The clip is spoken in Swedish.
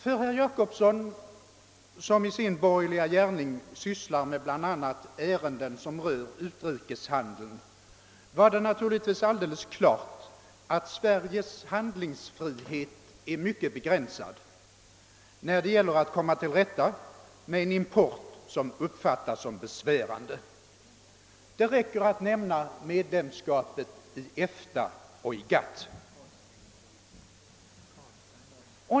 För herr Jacobsson, som i sin borgerliga gärning sysslar med bl.a. ärenden som rör utrikeshandeln, var det naturligtvis alldeles klart att Sveriges handlingsfrihet är mycket begränsad när det gäller att komma till rätta med en import som uppfattas som besvärande. Det räcker att nämna medlemskapet i EFTA och i GATT.